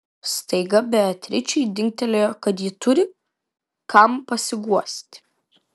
staiga beatričei dingtelėjo kad ji turi kam pasiguosti